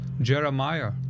Jeremiah